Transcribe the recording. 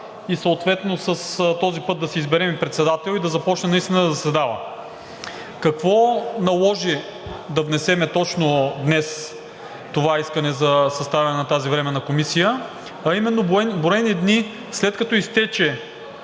броени дни, след като изтече